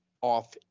off